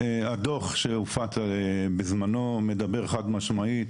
הדוח שהופץ בזמנו מדבר חד משמעית,